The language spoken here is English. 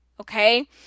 okay